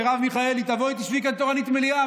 מרב מיכאלי, תבואי, תשבי כאן תורנית מליאה.